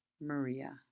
Maria